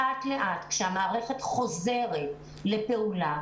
לאט לאט כשהמערכת חוזרת לפעולה,